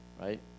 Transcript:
right